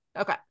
Okay